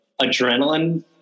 adrenaline